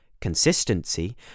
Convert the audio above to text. consistency